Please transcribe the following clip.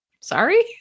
sorry